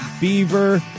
beaver